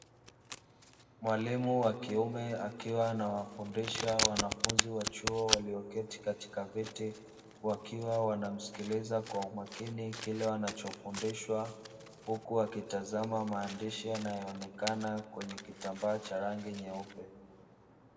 Mwalimu wa kiume akiwa anawafundisha wanafunzi wa chuo walioketi katika viti, wakiwa wanamsikiliza kwa umakini kile wanachofundishwa, huku wakitazama maandishi yanayoonekana kwenye kitambaa cha rangi nyeupe.